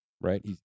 right